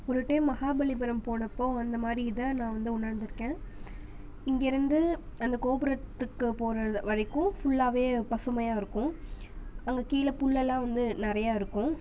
ஒரு டைம் மகாபலிபுரம் போனப்போ வந்து மாதிரி இதை நான் வந்து உணர்ந்திருக்கேன் இங்கேருந்து அந்த கோபுரத்துக்கு போகிற வரைக்கும் ஃபுல்லாக பசுமையாக இருக்கும் அங்கே கீழே புல்லெல்லாம் வந்து நிறையா இருக்கும்